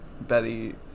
Betty